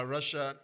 Russia